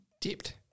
dipped